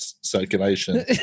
circulation